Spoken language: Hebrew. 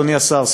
אדוני השר,